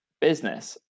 business